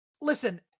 listen